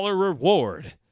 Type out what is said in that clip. reward